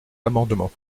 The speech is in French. amendement